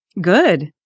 Good